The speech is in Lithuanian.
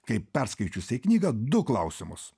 kaip perskaičiusiai knygą du klausimus